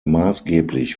maßgeblich